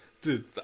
Dude